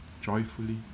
joyfully